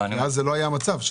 זה לא היה המצב.